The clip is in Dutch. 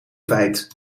feit